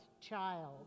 child